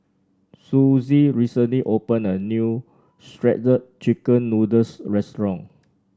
Sussie recently opened a new Shredded Chicken Noodles restaurant